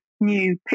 new